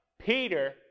Peter